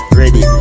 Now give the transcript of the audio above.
ready